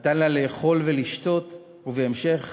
נתן לה לאכול ולשתות, ובהמשך